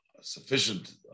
sufficient